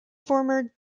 former